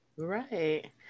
Right